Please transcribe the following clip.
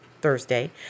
Thursday